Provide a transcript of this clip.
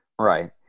right